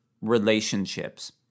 relationships